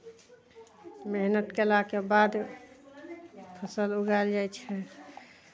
मेहनत कयलाके बाद फसल उगायल जाइ छै